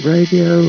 Radio